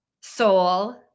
soul